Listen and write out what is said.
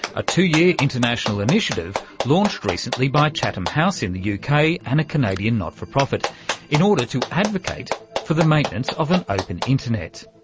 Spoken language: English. a two-year international initiative launched recently by chatham house in the uk and a canadian not-for-profit in order to advocate for the maintenance of an open internet.